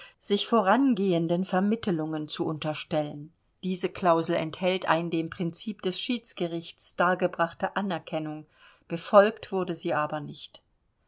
sich vorangehenden vermittelungen zu unterstellen diese klausel enthält ein dem prinzip des schiedsgerichts dargebrachte anerkennung befolgt wurde sie aber nicht